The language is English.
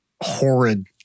horrid